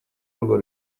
urwo